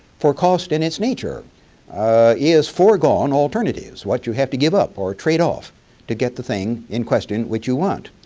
for cost in its nature is forgone alternatives what you have to give up or trade off to get the thing in question which you want.